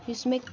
یُس مےٚ